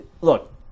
look